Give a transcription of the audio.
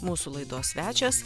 mūsų laidos svečias